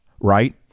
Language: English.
right